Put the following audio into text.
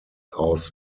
aus